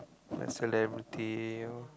like celebrity or